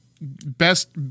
best